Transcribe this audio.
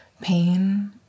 pain